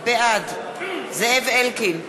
בעד זאב אלקין,